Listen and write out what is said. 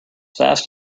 fast